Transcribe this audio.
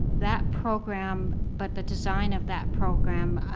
that program but the design of that program,